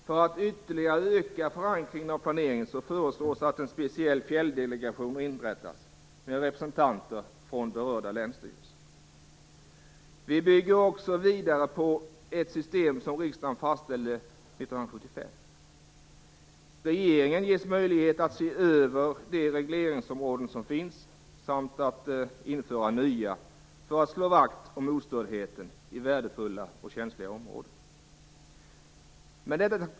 För att ytterligare öka förankringen av planeringen föreslås att en speciell fjälldelegation inrättas med representanter från de berörda länsstyrelserna. Vi bygger också vidare på ett system som riksdagen fastställde 1975. Regeringen ges möjlighet att se över de regleringsområden som finns samt att införa nya för att slå vakt om ostördheten i värdefulla och känsliga områden.